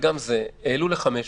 העלו ל-500